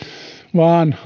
vaan